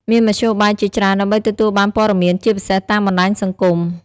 មានមធ្យោបាយជាច្រើនដើម្បីទទួលបានព័ត៌មានជាពិសេសតាមបណ្តាញសង្គម។